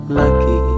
lucky